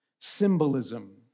symbolism